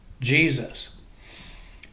Jesus